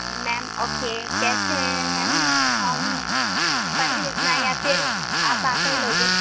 میم okay کیسے ma'am ہم گھر بھیجنا ہے یا پھر آپ آ کر لو گے